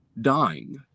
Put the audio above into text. dying